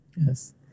Yes